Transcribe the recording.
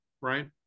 right